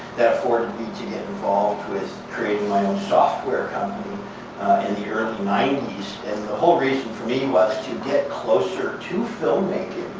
that afforded me to get involved with creating my own software company in the early ninety s. and the whole reason for me was to get closer to film-making.